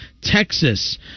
Texas